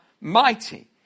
mighty